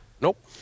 Nope